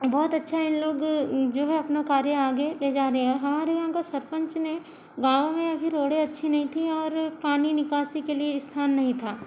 बहुत अच्छा इन लोग जो हैं अपना कार्य आगे ले जा रहे हैं हमारे यहाँ का सरपंच ने गाँव में अभी रोडें अच्छी नहीं थी और पानी निकासी के लिए स्थान नहीं था